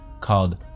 called